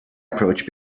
approach